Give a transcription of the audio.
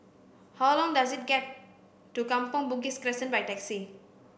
how long does it get to Kampong Bugis Crescent by taxi